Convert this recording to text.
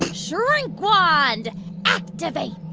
and shrink wand activate